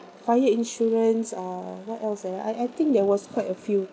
fire insurance uh what else ah I I think there was quite a few